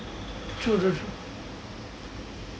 true true